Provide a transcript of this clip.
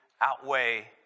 outweigh